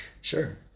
Sure